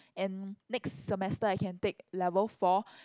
and next semester I can take level four